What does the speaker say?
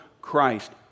Christ